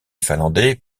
finlandais